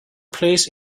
placed